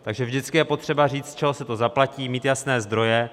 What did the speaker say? Takže vždycky je potřeba říct, z čeho se to zaplatí, mít jasné zdroje.